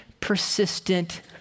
persistent